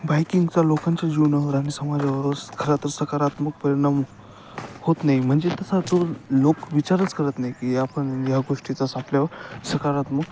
बाईकिंगचा लोकांच्या जीवनावर आणि समाजावर खरं तर सकारात्मक परिणाम होत नाही म्हणजे तसा जो लोक विचारच करत नाही की आपण या गोष्टीचा आपल्यावर सकारात्मक